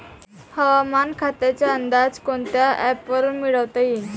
हवामान खात्याचा अंदाज कोनच्या ॲपवरुन मिळवता येईन?